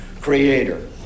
creator